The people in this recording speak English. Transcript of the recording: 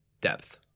depth